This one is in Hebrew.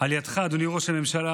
על ידך, אדוני ראש הממשלה,